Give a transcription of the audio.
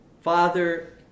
Father